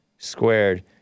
Squared